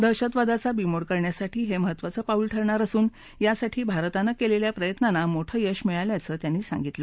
दहशतवादाचा बिमोड करण्यासाठी हे महत्वाचं पाऊल ठरणार असून याकरता भारतानं केलेल्या प्रयत्नांना मोठं यश मिळाल्याचं त्यांनी सांगितलं